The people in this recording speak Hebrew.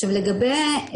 עכשיו לגבי,